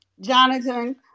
Jonathan